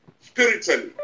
spiritually